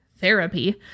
therapy